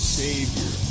savior